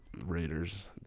Raiders